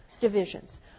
divisions